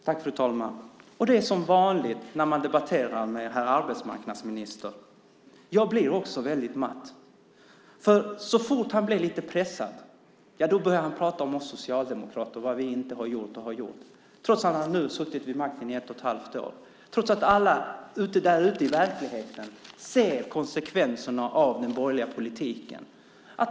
Fru talman! Och det är som vanligt när man debatterar med herr arbetsmarknadsministern. Jag blir också väldigt matt. Så fort han blir lite pressad börjar han prata om oss socialdemokrater och vad vi har gjort och inte har gjort, trots att han nu har suttit vid makten i ett och ett halvt år, trots att alla därute i verkligheten ser konsekvenserna av den borgerliga politiken.